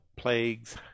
Plagues